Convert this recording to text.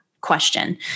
question